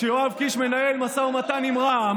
על מה אתה מדבר?